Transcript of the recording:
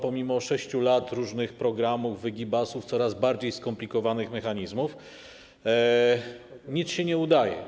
Pomimo 6 lat różnych programów, wygibasów, coraz bardziej skomplikowanych mechanizmów nic się nie udaje.